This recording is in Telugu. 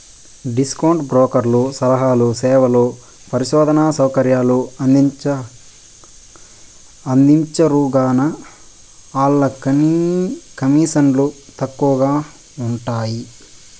డిస్కౌంటు బ్రోకర్లు సలహాలు, సేవలు, పరిశోధనా సౌకర్యాలు అందించరుగాన, ఆల్ల కమీసన్లు తక్కవగా ఉంటయ్యి